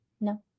No